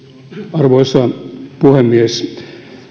arvoisa puhemies